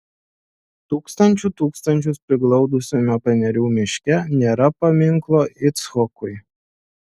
tūkstančių tūkstančius priglaudusiame panerių miške nėra paminklo icchokui